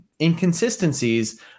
inconsistencies